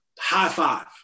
high-five